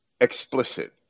explicit